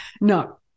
No